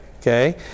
okay